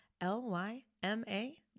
L-Y-M-A